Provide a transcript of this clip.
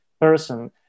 person